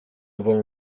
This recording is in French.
envoient